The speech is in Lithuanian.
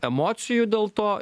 emocijų dėl to